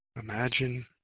Imagine